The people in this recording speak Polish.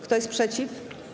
Kto jest przeciw?